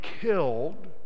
killed